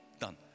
Done